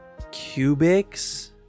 cubics